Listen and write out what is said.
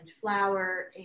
flour